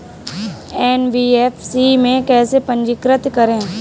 NBFC में कैसे पंजीकृत करें?